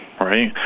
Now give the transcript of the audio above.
right